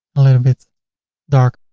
a little bit dark.